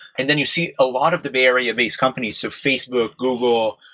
and then you see a lot of the bay area based companies, so facebook, google.